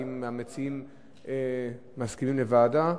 האם המציעים מסכימים לדיון בוועדה?